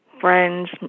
friends